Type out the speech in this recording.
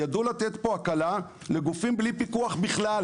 תהיה פה הקלה לגופים בלי פיקוח בכלל,